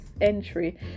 entry